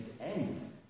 end